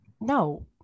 No